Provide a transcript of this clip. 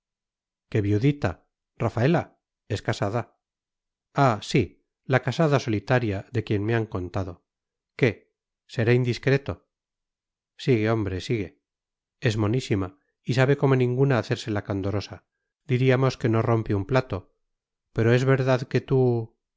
qué viudita rafaela es casada ah sí la casada solitaria de quien me han contado qué seré indiscreto sigue hombre sigue es monísima y sabe como ninguna hacerse la candorosa diríamos que no rompe un plato pero es verdad que tú